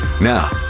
Now